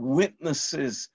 witnesses